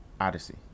Odyssey